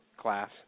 class